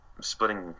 splitting